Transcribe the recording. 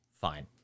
fine